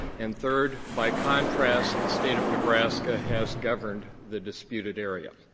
and third, by contrast, the state of nebraska has governed the disputed area.